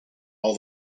all